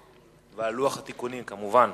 ועל לוח התיקונים כמובן.